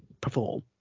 perform